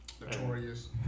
Notorious